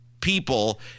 people